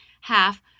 half